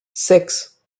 six